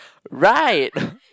right